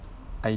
I